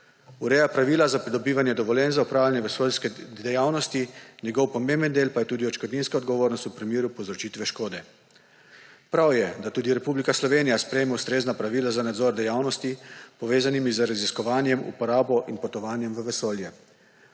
Ureja pravila za pridobivanje dovoljenj za opravljanje vesoljske dejavnosti, njegov pomemben del pa je tudi odškodninska odgovornost v primeru povzročitve škode. Prav je, da tudi Republika Slovenija sprejme ustrezna pravila za nadzor dejavnosti, povezanimi z raziskovanjem, uporabo in potovanjem v vesolje.